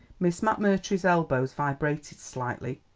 miss mcmurtry's elbows vibrated slightly.